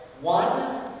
one